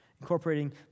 incorporating